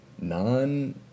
non